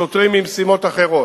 שוטרים ממשימות אחרות,